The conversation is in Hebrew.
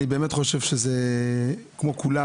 אני באמת חושב כמו כולם,